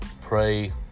pray